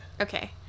Okay